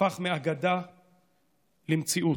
הפך מאגדה למציאות.